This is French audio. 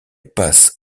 passe